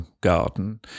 garden